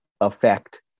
affect